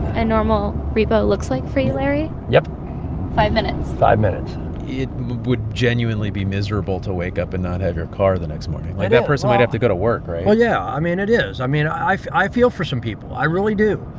and normal repo looks like for you, larry? yep five minutes? five minutes it would genuinely be miserable to wake up and not have your car the next morning. like, that person might have to go to work, right? well, yeah. i mean, it is. i mean, i i feel for some people. i really do.